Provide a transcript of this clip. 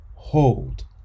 Hold